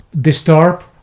disturb